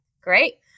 great